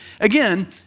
Again